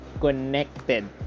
connected